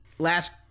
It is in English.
Last